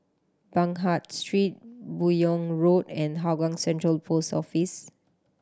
Baghdad Street Buyong Road and Hougang Central Post Office